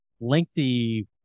lengthy